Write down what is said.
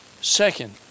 Second